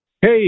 Hey